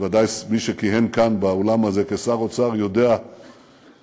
וודאי מי שכיהן כאן כשר אוצר יודע את